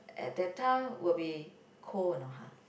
at that time will be cold or not [huh]